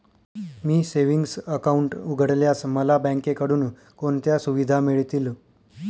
मी savings account उघडल्यास मला बँकेकडून कोणत्या सुविधा मिळतील?